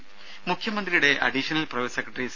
രംഭ മുഖ്യമന്ത്രിയുടെ additional private secretary C